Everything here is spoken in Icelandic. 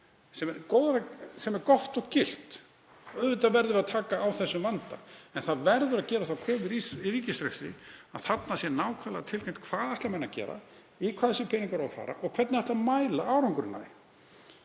Það er gott og gilt, auðvitað verðum við að taka á þeim vanda, en það verður að gera þá kröfu í ríkisrekstri að þarna sé nákvæmlega tilgreint hvað menn ætli að gera, í hvað þessir peningar eigi að fara og hvernig eigi að mæla árangurinn af því.